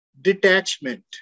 detachment